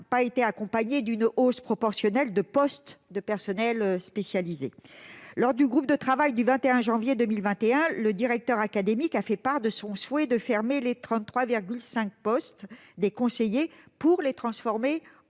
s'est pas accompagnée d'une hausse proportionnelle du nombre de postes de personnels spécialisés. Lors de la réunion du groupe de travail du 21 janvier 2021, le directeur académique a fait part de son souhait de fermer les 33,5 postes de conseillers et de les transformer